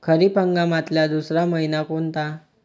खरीप हंगामातला दुसरा मइना कोनता?